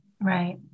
Right